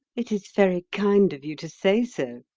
it is very kind of you to say so,